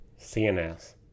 CNS